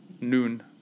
Noon